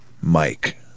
Mike